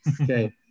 Okay